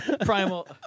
primal